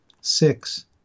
Six